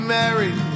married